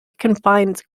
confines